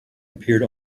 appeared